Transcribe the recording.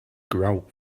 grout